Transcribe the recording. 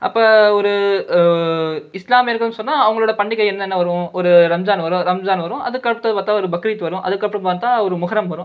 அப்போ ஒரு இஸ்லாமியர்கள் சொன்னால் அவர்களோட பண்டிகை என்னென்ன வரும் ஒரு ரம்ஜான் வரும் ரம்ஜான் வரும் அதுக்கு அடுத்தது பார்த்தா ஒரு பக்ரீத் வரும் அதுக்கு அப்புறம் பார்த்தா ஒரு முஹரம் வரும்